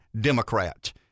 Democrat